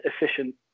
efficient